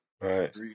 Right